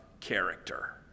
character